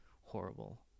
horrible